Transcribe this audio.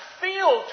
feel